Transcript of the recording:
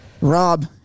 Rob